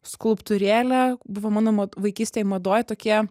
skulptūrėlę buvo mano vaikystėj madoj tokie